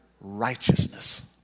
righteousness